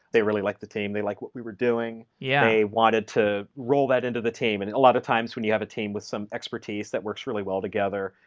they really like the team. they liked like what we were doing. yeah they wanted to roll that into the team. and a lot of times when you have a team with some expertise that works really well together,